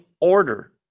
order